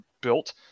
built